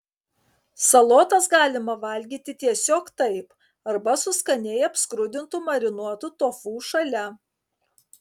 salotas galima valgyti tiesiog taip arba su skaniai apskrudintu marinuotu tofu šalia